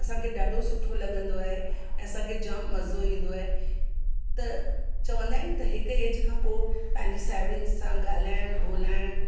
असांखे ॾाढो सुठो लॻंदो आहे ऐं असांखे जाम मज़ो ईंदो आहे त चवंदा आहिनि त हिक एज खां पोइ पंहिंजी साहेड़ियुनि सां ॻाल्हाइणु ॿोलाइणु